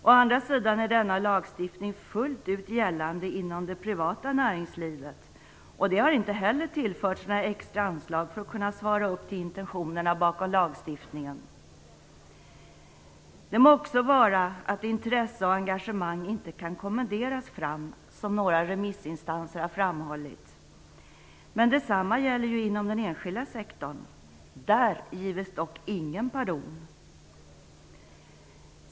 Å andra sidan är denna lagstiftning fullt ut gällande inom det privata näringslivet, och det har inte heller tillförts några extra anslag för att kunna svara upp till intentionerna bakom lagstiftningen. Det må också vara att intresse och engagemang inte kan kommenderas fram, som några remissinstanser har framhållit, men detsamma gäller ju inom den enskilda sektorn. Där gives dock ingen pardon.